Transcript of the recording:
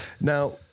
Now